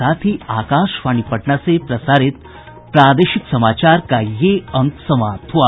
इसके साथ ही आकाशवाणी पटना से प्रसारित प्रादेशिक समाचार का ये अंक समाप्त हुआ